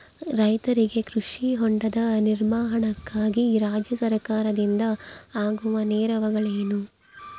ರೈತರಿಗೆ ಕೃಷಿ ಹೊಂಡದ ನಿರ್ಮಾಣಕ್ಕಾಗಿ ರಾಜ್ಯ ಸರ್ಕಾರದಿಂದ ಆಗುವ ನೆರವುಗಳೇನು?